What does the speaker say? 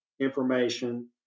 information